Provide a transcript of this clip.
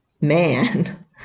man